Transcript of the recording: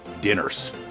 dinners